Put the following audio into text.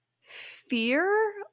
fear